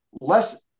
less